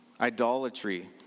Idolatry